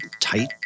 tight